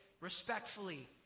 respectfully